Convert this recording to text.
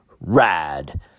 rad